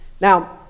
Now